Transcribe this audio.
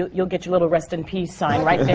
ah you'll get your little rest in peace sign right